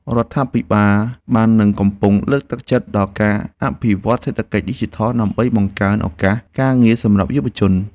រដ្ឋាភិបាលបាននិងកំពុងលើកទឹកចិត្តដល់ការអភិវឌ្ឍសេដ្ឋកិច្ចឌីជីថល ដើម្បីបង្កើនឱកាសការងារសម្រាប់យុវជន។